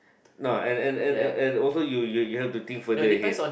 no and and and and and also you you you have to think further ahead